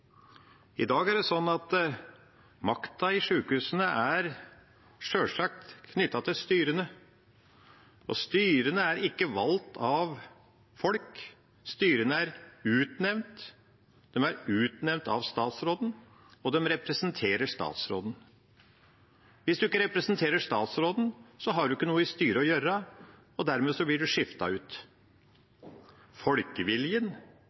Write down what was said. I dag er det sånn at makta i sjukehusene sjølsagt er knyttet til styrene, og styrene er ikke valgt av folk, styrene er utnevnt av statsråden, og de representerer statsråden. Hvis man ikke representerer statsråden, har man ikke noe i styret å gjøre, og dermed blir man skiftet ut. Folkeviljen,